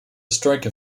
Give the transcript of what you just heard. striker